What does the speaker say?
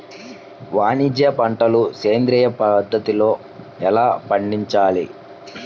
వాణిజ్య పంటలు సేంద్రియ పద్ధతిలో ఎలా పండించాలి?